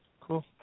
Cool